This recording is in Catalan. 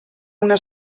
una